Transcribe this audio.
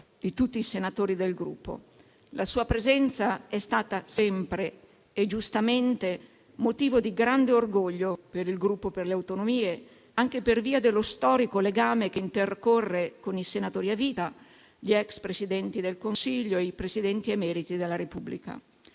di tutti i senatori del Gruppo. La sua presenza è stata sempre e giustamente motivo di grande orgoglio per il Gruppo Per le Autonomie, anche per via dello storico legame che intercorre con i senatori a vita, gli ex Presidenti del Consiglio e i Presidenti emeriti della Repubblica.